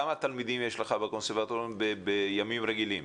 כמה תלמידים יש לך בקונסרבטוריון בימים רגילים?